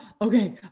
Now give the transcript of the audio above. okay